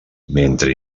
mentre